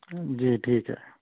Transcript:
جی ٹھیک ہے